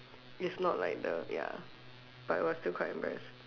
it's not like the ya but it was still quite embarrassing